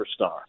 superstar